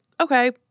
okay